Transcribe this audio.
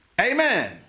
Amen